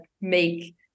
make